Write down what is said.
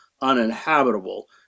uninhabitable